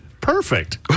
Perfect